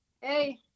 hey